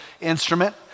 instrument